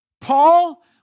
Paul